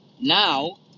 now